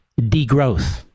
degrowth